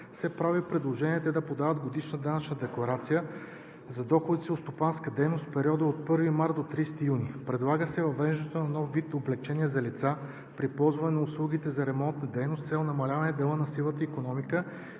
се прави предложение те да подават годишна данъчна декларация за доходите си от стопанска дейност в периода от 1 март до 30 юни. Предлага се въвеждането на нов вид облекчение за лицата при ползване на услуги за ремонтни дейности с цел намаляване дела на сивата икономика